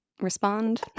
respond